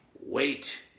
Wait